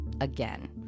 again